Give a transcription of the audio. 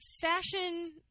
Fashion